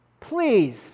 Please